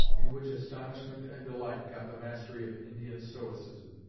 in which astonishment and delight got the mastery of indian stoicism.